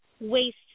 waste